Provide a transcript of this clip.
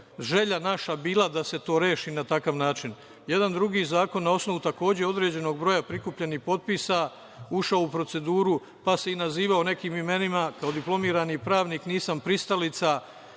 želja naša bila da se to reši na takav način, jedan drugi zakon na osnovu takođe određenog broja prikupljenih potpisa, ušao u proceduru, pa se i nazivao nekim imenima. Kao diplomirani pravnik nisam pristalica